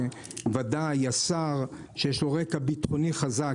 בוודאי השר שיש לו רקע ביטחוני חזק,